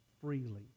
freely